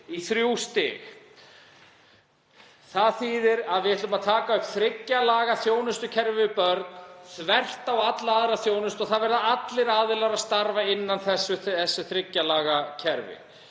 í þrjú stig. Það þýðir að við ætlum að taka upp þriggja laga þjónustukerfi við börn þvert á alla aðra þjónustu og það verða allir aðilar að starfa innan þessa þriggja laga kerfis.